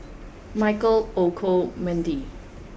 Michael Olcomendy